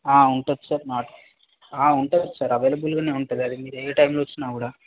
ఉంటుంది సార్ మా ఉంటుంది సార్ అవైలబుల్గా ఉంటుంది అది మీరు ఏ టైంలో వచ్చిన కూడా